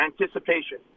Anticipation